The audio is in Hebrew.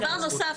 בוודאי.